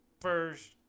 First